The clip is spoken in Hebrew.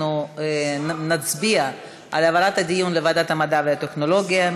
אנחנו נצביע על העברת הדיון לוועדת המדע והטכנולוגיה.